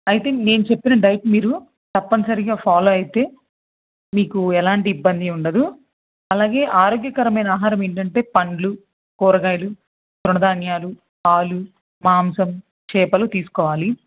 అయితే నేను చెప్పిన డైట్ మీరు తప్పనిసరిగా ఫాలో అయితే మీకు ఎలాంటి ఇబ్బంది ఉండదు అలాగే ఆరోగ్యకరమైన ఆహారం ఏంటంటే పండ్లు కూరగాయలు తృణధాన్యాలు పాలు మాంసం చేపలు తీసుకోవాలి